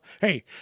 Hey